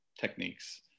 techniques